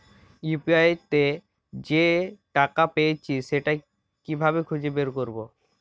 UPI তে যে টাকা পেয়েছি সেটা কিভাবে খুঁজে বের করবো?